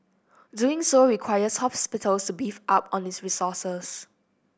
doing so requires hospitals to beef up on its resources